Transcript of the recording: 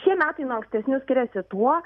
šie metai nuo ankstesnių skiriasi tuo